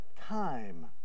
time